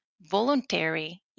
voluntary